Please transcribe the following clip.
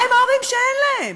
מה עם ההורים שאין להם?